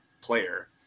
player